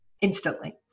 instantly